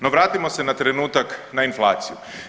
No, vratimo se na trenutak na inflaciju.